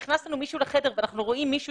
נכנס לנו מישהו לחדר ואנחנו רואים מישהו